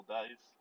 days